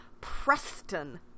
Preston